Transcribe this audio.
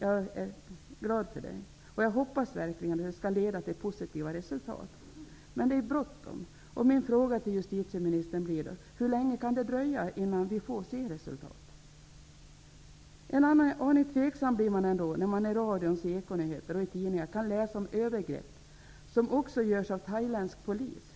Jag är glad för det, och jag hoppas verkligen att det skall leda till positiva resultat. Men det är bråttom, och min fråga till justitieministern lyder: Hur länge kan det dröja innan vi får se resultat? En aning tveksam blir man ändå när man i radions ekonyheter och i tidningar kan läsa om övergrepp som också görs av thailändsk polis.